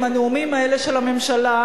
עם הנאומים האלה של הממשלה,